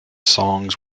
songs